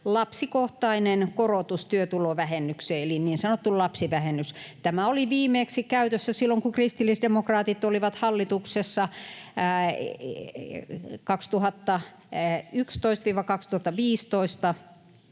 lapsikohtainen korotus työtulovähennykseen eli niin sanottu lapsivähennys. Tämä oli viimeksi käytössä silloin, kun kristillisdemokraatit olivat hallituksessa 2011—2015.